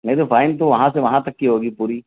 نہیں تو فائن تو وہاں سے وہاں تک کی ہوگی پوری